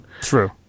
True